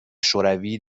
شوروی